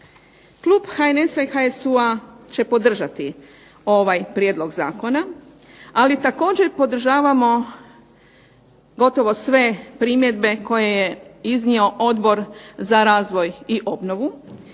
Klub HNS-HSU-a će podržati ovaj prijedlog zakona, ali također podržavamo gotovo sve primjedbe koje je iznio Odbor za razvoj i obnovu,